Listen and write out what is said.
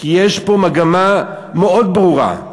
יש פה מגמה מאוד ברורה,